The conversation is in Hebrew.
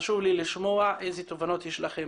חשוב לי לשמוע איזה תובנות יש לכם,